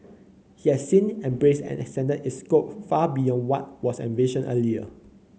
he has since embraced and extended its scope far beyond what was envisioned earlier